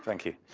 thank you.